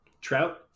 trout